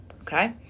Okay